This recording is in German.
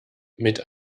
mit